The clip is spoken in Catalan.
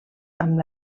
amb